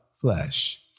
Flesh